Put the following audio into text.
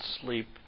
sleep